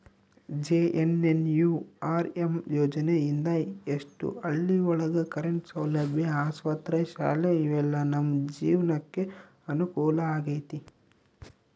JNNURM ಯೋಜನೆ ಇಂದ ಎಷ್ಟೋ ಹಳ್ಳಿ ಒಳಗ ಕರೆಂಟ್ ಸೌಲಭ್ಯ ಆಸ್ಪತ್ರೆ ಶಾಲೆ ಇವೆಲ್ಲ ನಮ್ ಜೀವ್ನಕೆ ಅನುಕೂಲ ಆಗೈತಿ